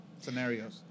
scenarios